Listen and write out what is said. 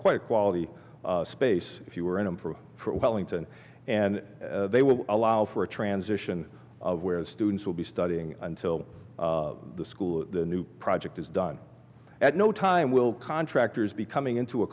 quite a quality space if you were in him for for wellington and they will allow for a transition where the students will be studying until the school the new project is done at no time will contractors be coming into a